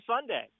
Sunday